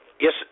Yes